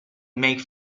make